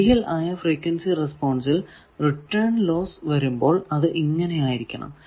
ideal ആയ frequency റെസ്പോൺസിൽ return loss വരുമ്പോൾ അത് ഇങ്ങനെ ആയിരിക്കണം